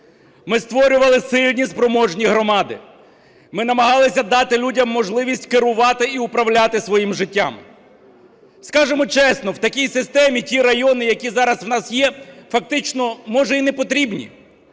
Ми створювали сильні, спроможні громади. Ми намагалися дати людям можливість керувати і управляти своїм життям. Скажемо чесно, в такій системі ті райони, які зараз у нас є, фактично, може, і не потрібні,